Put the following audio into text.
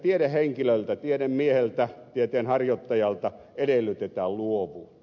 tiedehenkilöltä tiedemieheltä tieteenharjoittajalta edellytetään luovuutta